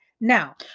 now